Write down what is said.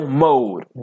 mode